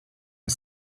the